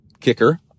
kicker